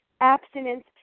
abstinence